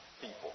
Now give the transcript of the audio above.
people